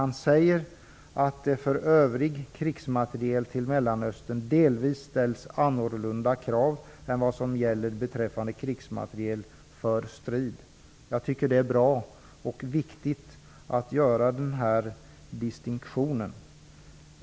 Han säger ju att det för övrig krigsmateriel till Mellanöstern delvis ställs annorlunda krav än vad som gäller beträffande krigsmateriel för strid. Jag tycker det är bra och viktigt att göra denna distinktion.